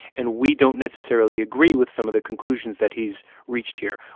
and we don't necessarily agree with some of the conclusions that he's reached here.